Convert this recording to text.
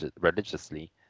religiously